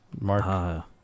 Mark